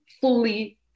fully